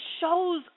shows